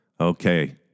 Okay